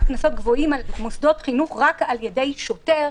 קנסות גבוהים על מוסדות חינוך רק על ידי שוטר,